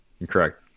Incorrect